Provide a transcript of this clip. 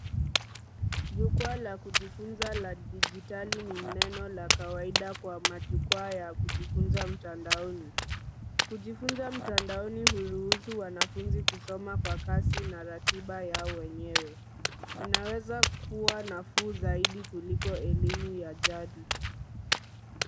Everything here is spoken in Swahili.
Jukwaa la kujifunza la digitali ni neno la kawaida kwa majukwaa kwa kujifunza mtandaoni. Kujifunza mtandaoni huruhusu wanafunzi kusoma kwa kasi na ratiba yao wenyewe. Inaweza kua nafuu zaidi kuliko elimu ya jadi.